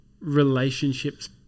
relationships